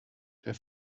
der